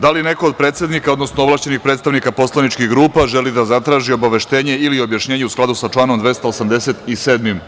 Da li neko od predsednika, odnosno ovlašćenih predstavnika poslaničkih grupa želi da zatraži obaveštenje ili objašnjenje u skladu sa članom 287.